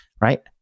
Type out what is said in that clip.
right